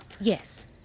Yes